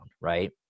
right